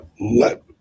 Let